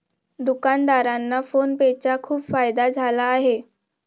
दुकानदारांना PhonePe चा खूप फायदा झाला आहे